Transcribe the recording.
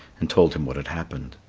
and told him what had happened.